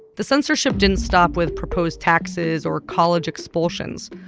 the censorship didn't stop with proposed taxes or college expulsions.